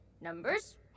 Numbers